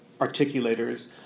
articulators